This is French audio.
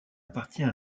appartient